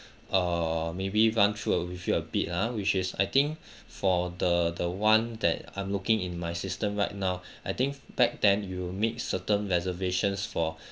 err maybe run through uh with your a bit ah which is I think for the the one that I'm looking in my system right now I think back then you made certain reservations for